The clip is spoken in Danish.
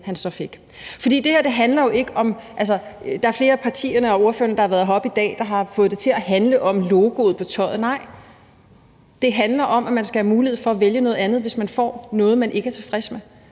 han blev glad for det, han så fik. Der er flere af partierne og ordførerne, der har været heroppe i dag, og som har fået det til at handle om logoet på tøjet. Nej, det handler om, at man skal have mulighed for at vælge noget andet, hvis man får noget, man ikke er tilfreds med,